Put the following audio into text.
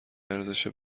ارزش